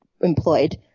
employed